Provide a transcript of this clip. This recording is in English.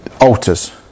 alters